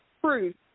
proof